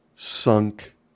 Sunk